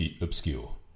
obscure